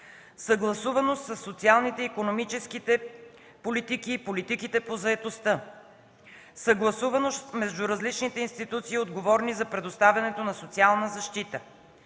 съгласуваност със социалните, икономическите политики и политиките по заетостта; - съгласуваност между различните институции, отговорни за предоставянето на социална защита;